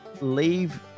leave